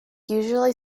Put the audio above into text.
usually